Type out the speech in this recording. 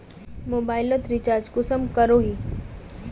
Mobile लोत recharge कुंसम करोही?